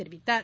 தெரிவித்தார்